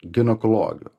dino kolorijų